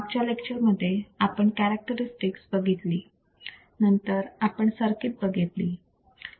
मागच्या लेक्चरमध्ये आपण कॅरेक्टरस्टिकस बघितली नंतर आपण सर्किट बघितली